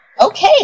Okay